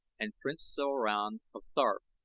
and prince soran of ptarth,